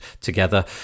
together